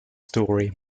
story